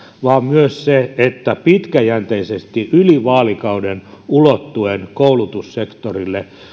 vaan myös se että pitkäjänteisesti yli vaalikauden ulottuen koulutussektorille